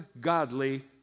godly